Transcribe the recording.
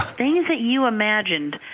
things that you imagined